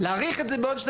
להאריך את זה בעוד 12